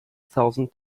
thousand